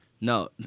No